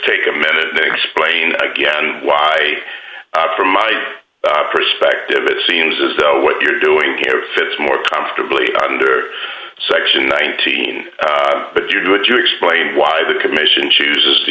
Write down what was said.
take a minute and explain again why from my perspective it seems as though what you're doing here fits more comfortably under section nineteen but you do if you explain why the commission chooses to